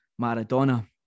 Maradona